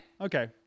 Okay